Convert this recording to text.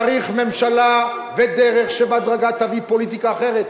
צריך ממשלה וצריך דרך שבהדרגה תביא פוליטיקה אחרת,